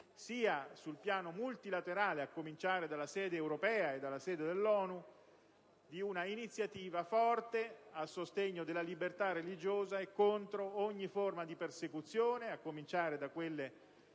sia sul piano multilaterale, a cominciare dalla sede europea e dalla sede dell'ONU, di un'iniziativa forte a sostegno della libertà religiosa e contro ogni forma di persecuzione, a cominciare da quelle